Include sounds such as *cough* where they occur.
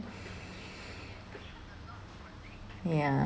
*breath* ya